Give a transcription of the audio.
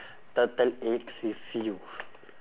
turtle eggs with you